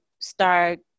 start